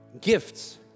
Gifts